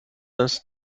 ist